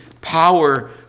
power